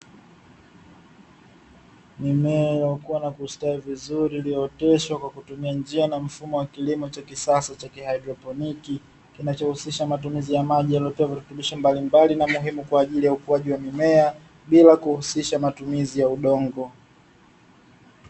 Mimea iliyokuwa na kustawi vizuri, iliyooteshwa kwa kutumia njia na mfumo wa kilimo cha kisasa cha haidroponiki, kinachohusisha matumizi ya maji yaliyo mbalimbali na muhimu kwa ajili ya ukuaji wa mimea bila kuhusisha matumizi ya udongo.